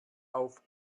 auf